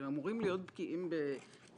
הם אמורים להיות בקיאים במשפטים.